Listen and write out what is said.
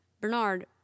Bernard